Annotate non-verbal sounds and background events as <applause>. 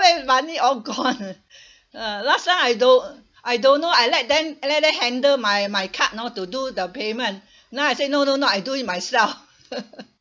save money all gone <breath> ah last time I don't I don't know I let them let them handle my my card know to do the payment now I say no no no I do it myself <breath>